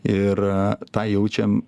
ir tą jaučiam